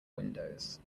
windows